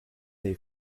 they